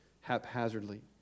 haphazardly